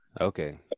Okay